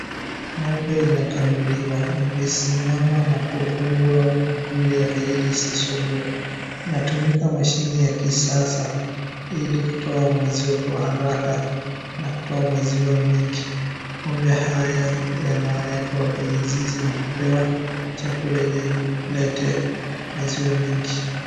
Ng;ombe inakamuliwa, imesimama na kufungwa mguu yake ili isisumbue, inatumika mashini ya kisasa ili kutoa maziwa kwa haraka na kutoa maziwa mingi. ng'ombe haya yanawekwa kwenye zizi na kupewa chakula ili ilete maziwa mingi.